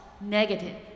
negative